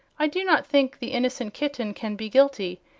i do not think the innocent kitten can be guilty,